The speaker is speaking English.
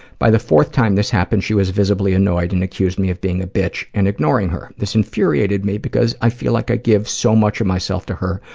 by the fourth time this happened, she was visibly annoyed and accused me of being a bitch and ignoring her. this infuriated me because i feel like i give so much of myself to her,